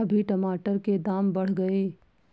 अभी टमाटर के दाम बढ़ गए